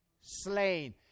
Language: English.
slain